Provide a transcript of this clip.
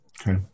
Okay